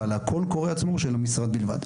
אבל הקול קורא עצמו הוא של המשרד בלבד.